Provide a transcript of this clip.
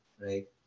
right